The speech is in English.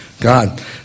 God